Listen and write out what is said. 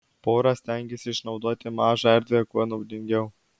pora stengėsi išnaudoti mažą erdvę kuo naudingiau